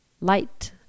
light